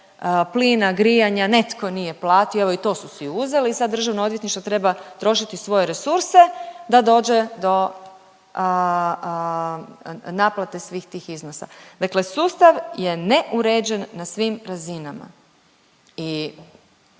plina, grijanja netko nije platio evo i to su si uzeli i sad državno odvjetništvo treba trošiti svoje resurse da dođe do naplate svih tih iznosa. Dakle, sustav je neuređen na svim razinama